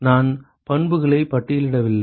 நான் பண்புகளை பட்டியலிடவில்லை